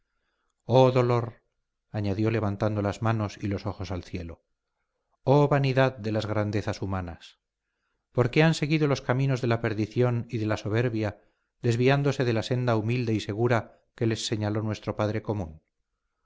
oh dolor añadió levantando las manos y los ojos al cielo oh vanidad de las grandezas humanas por qué han seguido los caminos de la perdición y de la soberbia desviándose de la senda humilde y segura que les señaló nuestro padre común